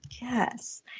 Yes